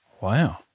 Wow